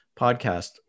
podcast